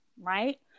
right